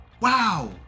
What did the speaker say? Wow